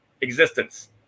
existence